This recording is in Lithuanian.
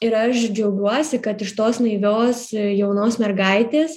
ir aš džiaugiuosi kad iš tos naivios jaunos mergaitės